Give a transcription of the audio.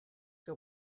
que